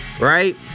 Right